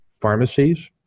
pharmacies